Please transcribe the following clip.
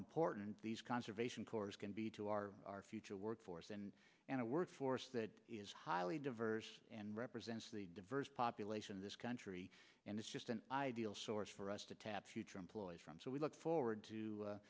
important these conservation corps can be to our our future workforce and and a workforce that is highly diverse and represents the diverse population of this country and it's just an ideal source for us to tap future employees from so we look forward to